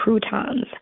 croutons